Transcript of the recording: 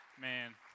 Man